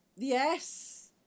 Yes